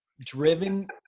driven